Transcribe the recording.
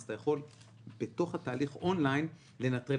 אתה יכול בתוך התהליך "און-ליין" לנטרל